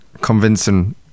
convincing